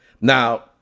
Now